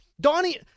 Donnie